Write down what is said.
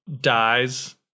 dies